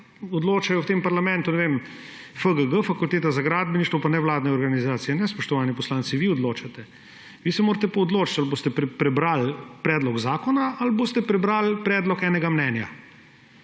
odločajo v tem parlamentu, FGG, Fakulteta za gradbeništvo, pa nevladne organizacije. Ne, spoštovani poslanci, vi odločate. Vi se morate pa odločiti, ali boste prebrali predlog zakona ali boste prebrali predlog enega mnenja.